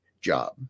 job